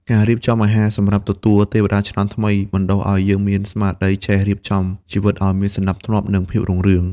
ការរៀបចំអាហារសម្រាប់ទទួលទេវតាឆ្នាំថ្មី បណ្ដុះឱ្យយើងមានស្មារតីចេះរៀបចំជីវិតឱ្យមានសណ្ដាប់ធ្នាប់ និងភាពរុងរឿង។